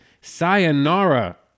Sayonara